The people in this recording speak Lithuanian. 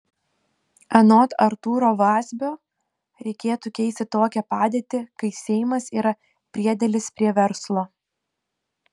anot artūro vazbio reikėtų keisti tokią padėtį kai seimas yra priedėlis prie verslo